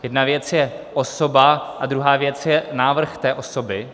Jedna věc je osoba a druhá věc je návrh té osoby.